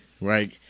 right